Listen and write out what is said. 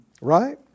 right